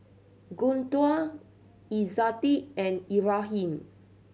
Guntur Izzati and Ibrahim